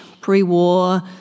pre-war